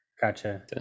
gotcha